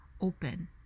open